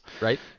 Right